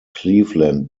cleveland